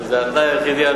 זה התנאי היחידי,